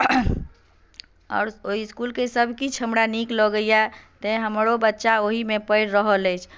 आओर ओहि इस्कुलके सभ किछु हमरा नीक लगैए तैँ हमरो बच्चा ओहीमे पढ़ि रहल अछि